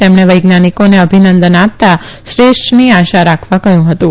તેમણે વૈજ્ઞાનિકોને અભિનંદન આપતા શ્રેષ્ઠની આશા રાખવાનું કહ્યું હતું